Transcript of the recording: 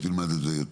גם אתה תלמד את זה.